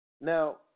Now